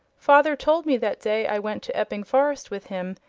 father told me that day i went to epping forest with him,